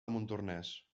montornès